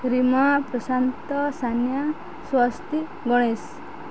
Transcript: Rima Prashant Sania Swasti Ganesh